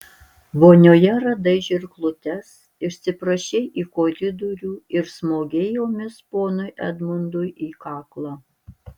vonioje radai žirklutes išsiprašei į koridorių ir smogei jomis ponui edmundui į kaklą